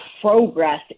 progress